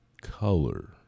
color